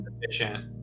efficient